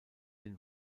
den